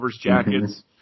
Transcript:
jackets